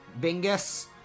bingus